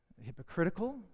hypocritical